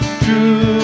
true